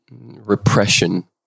repression